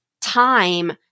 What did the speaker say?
time